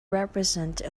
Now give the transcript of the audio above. represent